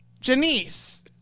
Janice